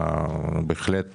בהחלט